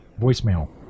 Voicemail